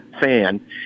fan